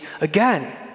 again